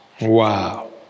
Wow